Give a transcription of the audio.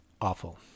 Awful